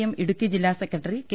M Idukki ജില്ലാ secretary K